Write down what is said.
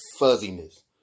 fuzziness